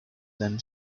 then